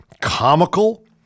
comical